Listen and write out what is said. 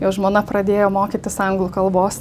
jo žmona pradėjo mokytis anglų kalbos